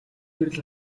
гэрэл